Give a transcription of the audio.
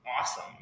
awesome